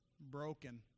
broken